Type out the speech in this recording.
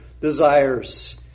desires